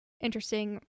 interesting